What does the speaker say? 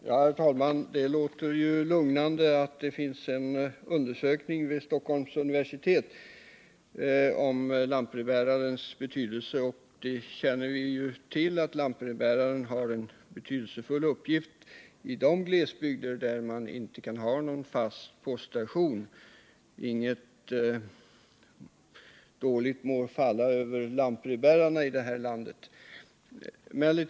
Herr talman! Det låter ju lugnande att det finns en undersökning vid Stockholms universitet om lantbrevbärarnas betydelse. Vi känner till att lantbrevbäraren har en betydelsefull uppgift i de glesbygder där man inte kan ha någon fast poststation. Inget ont må falla över lantbrevbärarna i det här landet.